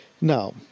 Now